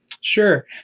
Sure